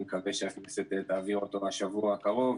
שאני מקווה שהכנסת תעביר אותו בשבוע הקרוב,